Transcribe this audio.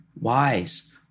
wise